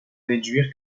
déduire